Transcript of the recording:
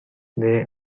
they